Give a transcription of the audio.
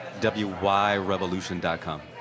wyrevolution.com